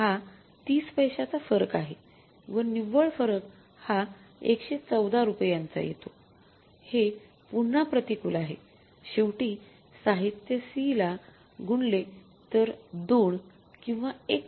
हा 30 पैशांचा फरक आहे व निवळ फरक हा ११४ रुपयांचा येतो हे पुन्हा प्रतिकूल आहे शेवटी साहित्य C ला गुणले तर २ किंवा १